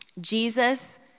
Jesus